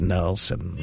Nelson